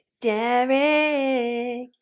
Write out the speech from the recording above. Derek